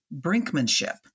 brinkmanship